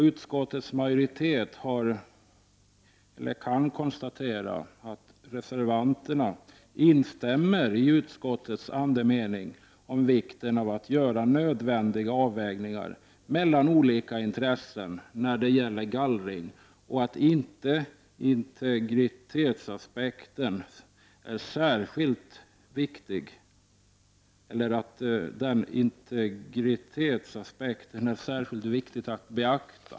Utskottets majoritet kan konstatera att reservanterna instämmer i utskottets andemening om vikten av att göra nödvändiga avvägningar mellan olika intressen när det gäller gallring och att integritetsaspekten är särskilt viktig att beakta.